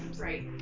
Right